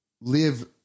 live